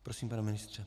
Prosím, pane ministře.